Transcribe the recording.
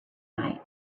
night